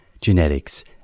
genetics